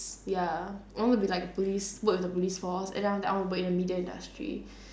ya I want to be like a police work in the police force and then after that I want to work in the media industry